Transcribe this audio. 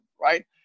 right